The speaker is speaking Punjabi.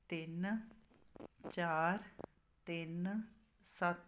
ਤਿੰਨ ਚਾਰ ਤਿੰਨ ਸੱਤ